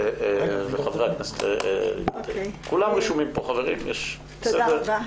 תודה רבה.